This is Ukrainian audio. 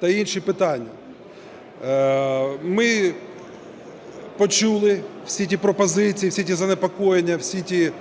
та інші питання. Ми почули всі ті пропозиції, всі ті занепокоєння, всі ті